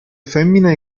femmine